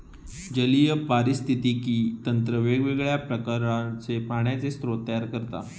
जलीय पारिस्थितिकी तंत्र वेगवेगळ्या प्रकारचे पाण्याचे स्रोत तयार करता